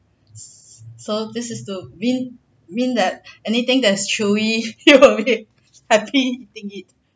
so this is to mean mean that anything that is chewy you would be happy eating it